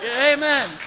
Amen